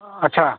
अच्छा